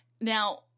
Now